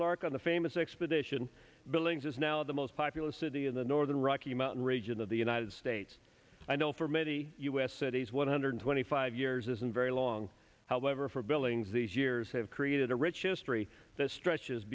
clark on the famous expedition billings is now the most popular city in the northern rocky mountain region of the united states i know for many u s cities one hundred twenty five years isn't very long however for billings these years have created a rich history that stretches